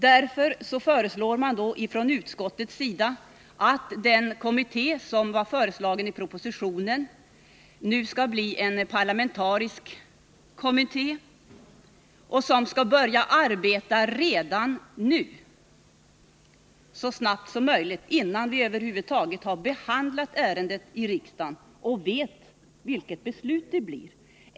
Därför förordas nu från utskottets sida att den kommitté som föreslås i propositionen skall bli en parlamentarisk beredning som skall börja arbeta så snart som möjligt — innan vi över huvud taget har behandlat ärendet i riksdagen och vet hur beslutet blir.